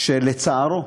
שלצערו